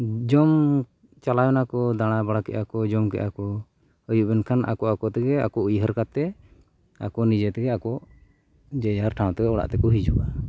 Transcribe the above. ᱡᱚᱢ ᱪᱟᱞᱟᱣ ᱮᱱᱟᱠᱚ ᱫᱟᱲᱟ ᱵᱟᱲᱟ ᱠᱮᱫᱼᱟᱠᱚ ᱡᱚᱢ ᱠᱮᱜ ᱟᱠᱚ ᱟᱹᱭᱩᱵ ᱮᱱᱠᱷᱟᱱ ᱟᱠᱚ ᱟᱠᱚ ᱛᱮᱜᱮ ᱟᱠᱚ ᱩᱭᱦᱟᱹᱨ ᱠᱟᱛᱮᱫ ᱟᱠᱚ ᱱᱤᱡᱮ ᱛᱮᱜᱮ ᱟᱠᱚ ᱡᱮ ᱡᱟᱦᱟᱨ ᱴᱷᱟᱶᱛᱮ ᱚᱲᱟᱜ ᱛᱮᱠᱚ ᱦᱤᱡᱩᱜᱼᱟ